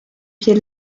pied